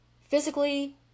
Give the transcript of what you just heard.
physically